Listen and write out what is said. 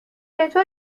چطور